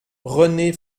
renée